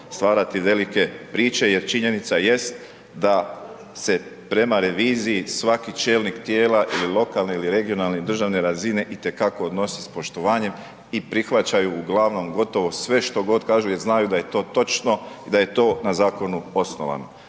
stvarati velike priče jer činjenica jest da se prema reviziji svaki čelnik tijela ili lokalne ili regionalne i državne razine itekako odnosi s poštovanjem i prihvaćaju uglavnom gotovo sve što god kažu jer znaju da je to točno i da je to na zakonu osnovano,